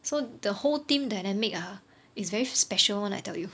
so the whole team dynamic ah it's very special one I tell you